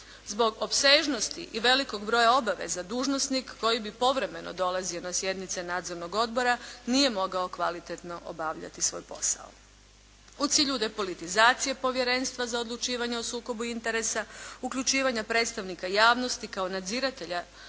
Zbog opsežnosti i velikog broja obaveza dužnosnik koji bi povremeno dolazio na sjednice nadzornog odbora nije mogao kvalitetno obavljati svoj posao. U cilju depolitizacije povjerenstva za odlučivanje o sukobu interesa, uključivanja predstavnika javnosti kao nadziratelja